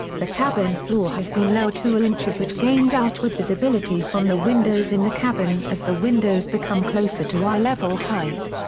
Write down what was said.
the cabin floor has been lowered two inches which gains outward visibility from the windows in the cabin as the windows become closer to eye level height.